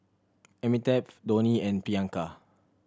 Amitabh Dhoni and Priyanka